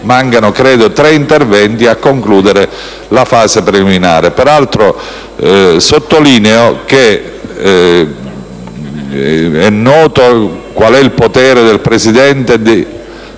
manca poco, credo solo tre interventi, a concludere la fase preliminare. Peraltro, sottolineo che è noto il potere del Presidente